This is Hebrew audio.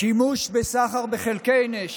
שימוש בסחר בחלקי נשק,